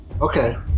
Okay